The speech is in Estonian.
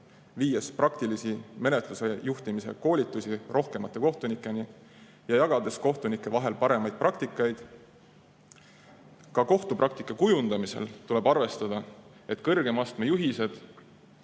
viies praktilisi menetluse juhtimise koolitusi rohkemate kohtunikeni ja jagades kohtunike vahel paremaid praktikaid. Ka kohtupraktika kujundamisel tuleb arvestada, et kõrgema astme juhised